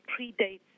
predates